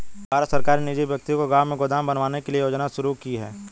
भारत सरकार ने निजी व्यक्ति को गांव में गोदाम बनवाने के लिए यह योजना शुरू की है